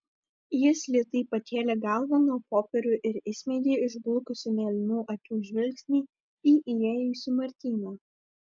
jis lėtai pakėlė galvą nuo popierių ir įsmeigė išblukusių mėlynų akių žvilgsnį į įėjusį martyną